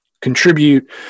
contribute